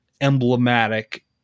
emblematic